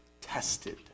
tested